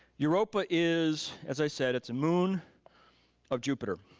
europa is, as i said it's a moon of jupiter.